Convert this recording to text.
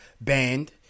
banned